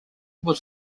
was